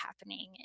happening